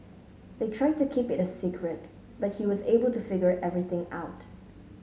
they tried to keep it a secret but he was able to figure everything out